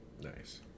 Nice